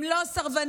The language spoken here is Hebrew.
הם לא סרבנים,